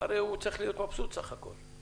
הרי הוא צריך להיות מבסוט בסך הכול,